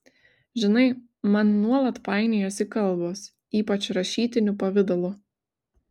žinai man nuolat painiojasi kalbos ypač rašytiniu pavidalu